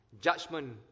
judgment